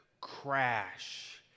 crash